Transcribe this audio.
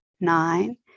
nine